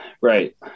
right